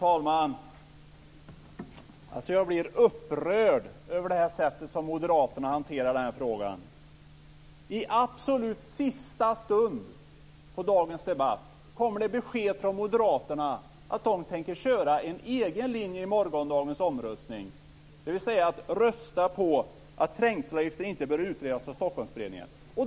Fru talman! Jag blir upprörd över det sätt som moderaterna hanterar den här frågan på. I absolut sista stund under dagens debatt kommer det besked från moderaterna att de i morgondagens omröstning tänker driva en egen linje, nämligen rösta för att trängselavgifter inte bör utredas av Stockholmsberedningen.